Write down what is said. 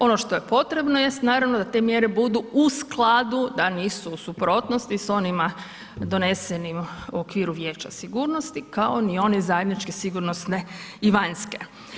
Ono što je potrebno jest naravno da te mjere budu u skladu da nisu u suprotnosti s onima donesenim u okviru Vijeća sigurnosti kao ni one zajedničke sigurnosne i vanjske.